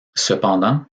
cependant